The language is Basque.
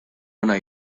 ona